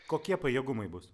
kokie pajėgumai bus